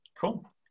Cool